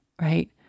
right